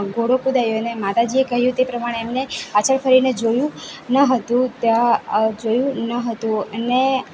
ઘોડો કુદાવ્યો અને માતાજીએ કહ્યું તે પ્રમાણે એમને પાછળ ફરીને જોયું ન હતું તે જોયું ન હતું અને